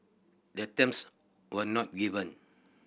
the terms were not given